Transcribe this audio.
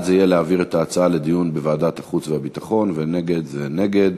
בעד זה יהיה להעביר את ההצעה לדיון בוועדת החוץ והביטחון ונגד זה נגד.